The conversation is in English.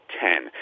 ten